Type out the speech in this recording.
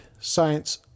science